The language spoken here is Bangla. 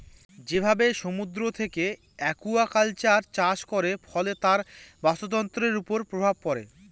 যেভাবে সমুদ্র থেকে একুয়াকালচার চাষ করে, ফলে তার বাস্তুতন্ত্রের উপর প্রভাব পড়ে